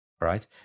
right